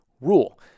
rule